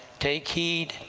take heed,